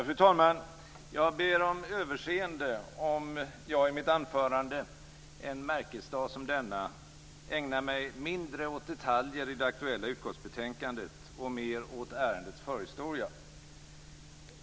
Fru talman! Jag ber om överseende om jag i mitt anförande en märkesdag som denna ägnar mig mindre åt detaljer i det aktuella utskottsbetänkandet och mer åt ärendets förhistoria.